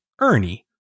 Ernie